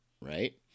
right